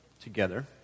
together